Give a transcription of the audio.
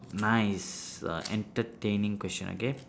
nice uh entertaining question okay